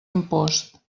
impost